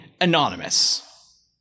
anonymous